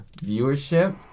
viewership